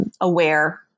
aware